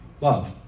Love